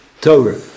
Torah